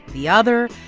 the other,